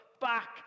back